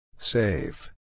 Save